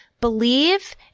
Believe